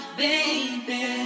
baby